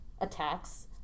attacks